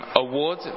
award